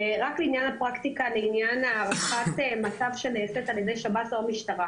רק לעניין הפרקטיקה לעניין הערכת מצב שנעשית על ידי שב"ס או המשטרה.